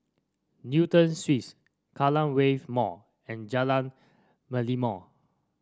Newton Suites Kallang Wave Mall and Jalan Merlimau